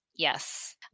Yes